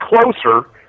closer